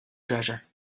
treasure